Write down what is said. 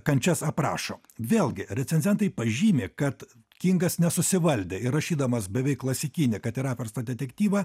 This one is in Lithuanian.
kančias aprašo vėlgi recenzentai pažymi kad kingas nesusivaldė ir rašydamas beveik klasikinį kad ir apverstą detektyvą